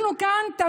אנחנו כאן,